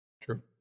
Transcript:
True